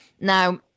now